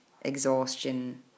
exhaustion